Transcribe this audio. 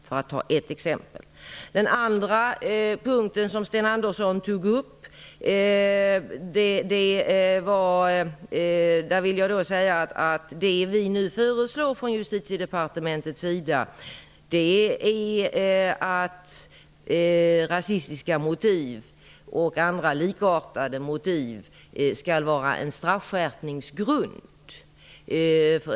Som svar på den andra punkt som Sten Andersson tog upp vill jag säga att det vi nu föreslår från Justitiedepartementets sida är att rasistiska motivoch andra likartade motiv skall vara en straffskärpningsgrund.